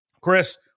Chris